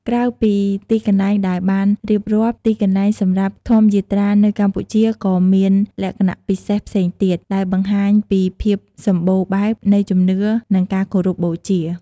ក្រៅពីទីកន្លែងដែលបានរៀបរាប់ ទីកន្លែងសម្រាប់ធម្មយាត្រានៅកម្ពុជាក៏មានលក្ខណៈពិសេសផ្សេងទៀត ដែលបង្ហាញពីភាពសម្បូរបែបនៃជំនឿ និងការគោរពបូជា។